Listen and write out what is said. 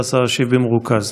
ואז השר ישיב במרוכז.